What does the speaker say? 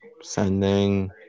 Sending